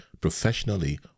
professionally